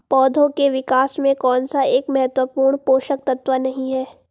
पौधों के विकास में कौन सा एक महत्वपूर्ण पोषक तत्व नहीं है?